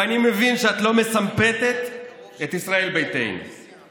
ואני מבין שאת לא מסמפתת את ישראל ביתנו,